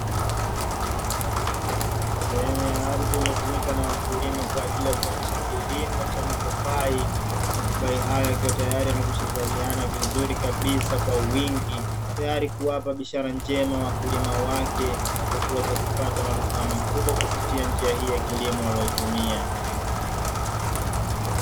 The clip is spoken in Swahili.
Sehemu ya ardhi iliyotumika na wakulima kwa ajili ya kuendesha kilimo cha mipapai, Mapapai hayo yakiwa tayari yamekwisha zaliana vizuri kabisa kwa wingi tayari kuwapa bishara njema wakulima wake ya kuweza kupata manufaa makubwa kupitia njia hii ya kilimo waliyoitumia.